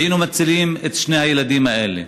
היינו מצילים את שני הילדים האלה.